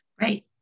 Right